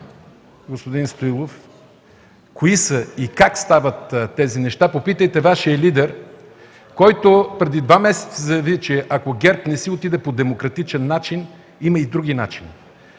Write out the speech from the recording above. господин Стоилов, кои са и как стават тези неща, попитайте Вашия лидер, който преди два месеца заяви, че „ако ГЕРБ не си отиде по демократичен начин, има и други начини”.